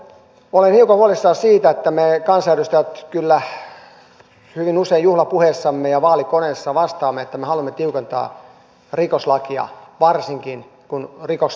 olen hiukan huolissani siitä että me kansanedustajat kyllä hyvin usein juhlapuheissamme ja vaalikoneissa vastaamme että me haluamme tiukentaa rikoslakia varsinkin kun rikokset kohdistuvat lapsiin